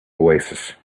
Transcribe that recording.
oasis